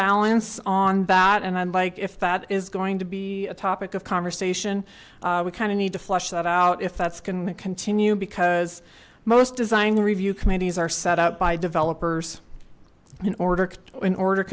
balance on that and i'd like if that is going to be a topic of conversation we kind of need to flush that out if that's going to continue because most design review committees are set up by developers in order in order